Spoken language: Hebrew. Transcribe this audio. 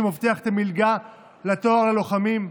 שמבטיח את המלגה לתואר ללוחמים,